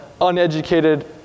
uneducated